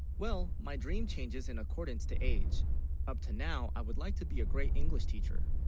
well my dream changes in accordance to age up to now i would like to be a great english teacher,